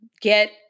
Get